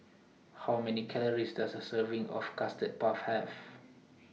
How Many Calories Does A Serving of Custard Puff Have